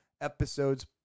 episode's